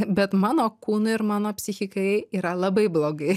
bet mano kūnui ir mano psichikai yra labai blogai